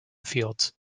fields